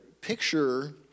Picture